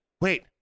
wait